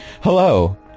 Hello